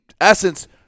essence